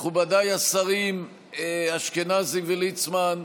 מכובדיי השרים אשכנזי וליצמן,